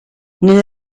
nelle